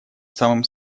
самым